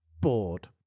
bored